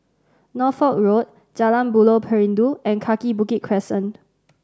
Norfolk Road Jalan Buloh Perindu and Kaki Bukit Crescent